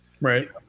Right